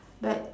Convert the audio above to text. but